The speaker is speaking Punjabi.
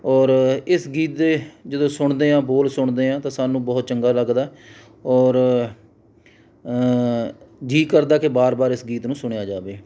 ਔਰ ਇਸ ਗੀਤ ਦੇ ਜਦੋਂ ਸੁਣਦੇ ਹਾਂ ਬੋਲ ਸੁਣਦੇ ਹਾਂ ਤਾਂ ਸਾਨੂੰ ਬਹੁਤ ਚੰਗਾ ਲੱਗਦਾ ਔਰ ਜੀ ਕਰਦਾ ਕਿ ਵਾਰ ਵਾਰ ਇਸ ਗੀਤ ਨੂੰ ਸੁਣਿਆ ਜਾਵੇ